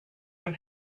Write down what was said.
from